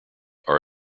are